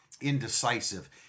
indecisive